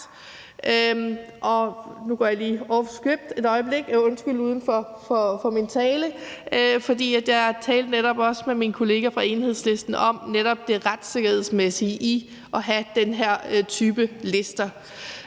Nu går jeg lige uden for mit manuskript et øjeblik, for jeg talte netop også med min kollega fra Enhedslisten om det retssikkerhedsmæssige i at have den her type lister.